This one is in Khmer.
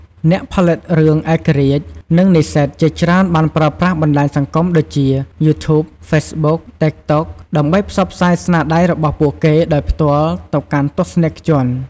អ្នកផលិតរឿងឯករាជ្យ និងនិស្សិតជាច្រើនបានប្រើប្រាស់បណ្ដាញសង្គមដូចជា យូធួប ហ្វេសប៊ុក តិកតុក ដើម្បីផ្សព្វផ្សាយស្នាដៃរបស់ពួកគេដោយផ្ទាល់ទៅកាន់ទស្សនិកជន។